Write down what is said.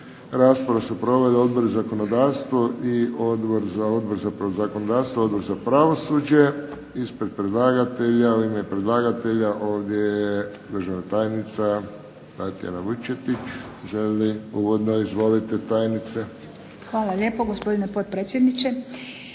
Raspravu su proveli Odbor za zakonodavstvo i Odbor za pravosuđe. Ispred predlagatelja u ime predlagatelja ovdje je državna tajnica Tatjana Vučetić. Želi li uvodno? Izvolite tajnice. **Vučetić, Tatijana** Hvala lijepa gospodine potpredsjedniče.